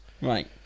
Right